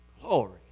Glory